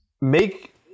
make